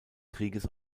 krieges